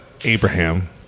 Abraham